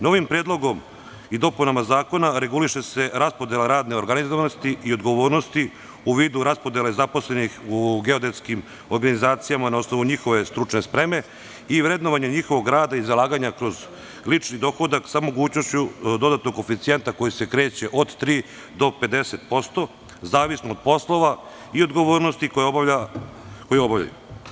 Novim predlogom i dopunama zakona reguliše se raspodela radne organizovanosti i odgovornosti u vidu raspodele zaposlenih u geodetskim organizacijama na osnovu njihove stručne spreme i vrednovanje njihovog rada i zalaganja kroz lično dohodak sa mogućnošću dodatnog koeficijenta koji se kreće od 3% do 50%, zavisno od poslova i odgovornosti koje obavljaju.